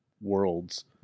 worlds